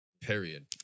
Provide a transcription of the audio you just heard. Period